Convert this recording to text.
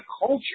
culture